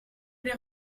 les